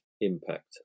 impact